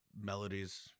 melodies